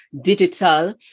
digital